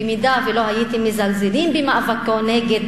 במידה שלא הייתם מזלזלים במאבקו נגד